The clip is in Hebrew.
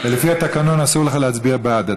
לפי התקנון, אסור לך להצביע בעד.